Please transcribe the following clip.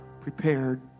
prepared